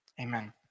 Amen